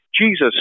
Jesus